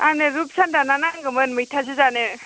आंनो रुप सान्दा ना नांगौमोन मैथाजों जानो